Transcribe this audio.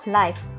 life